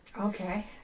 Okay